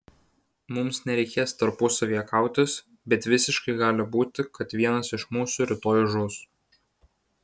mums nereikės tarpusavyje kautis bet visiškai gali būti kad vienas iš mūsų rytoj žus